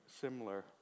similar